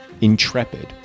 intrepid